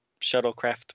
shuttlecraft